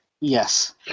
Yes